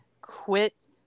Quit